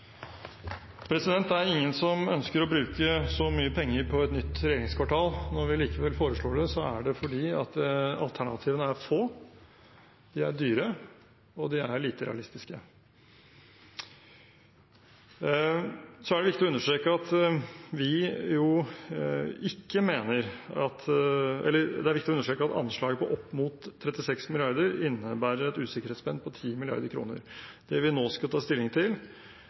Det er ingen som ønsker å bruke så mye penger på et nytt regjeringskvartal. Når vi likevel foreslår det, er det fordi alternativene er få, de er dyre, og de er lite realistiske. Det er viktig å understreke at anslaget på opp mot 36 mrd. kr innebærer et usikkerhetsspenn på 10 mrd. kr. Det vi nå skal ta stilling til,